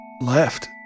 Left